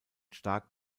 stark